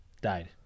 died